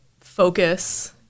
focus